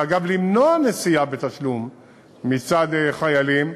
אגב, למנוע נסיעה בתשלום מצד חיילים